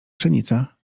pszenica